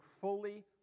fully